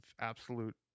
absolute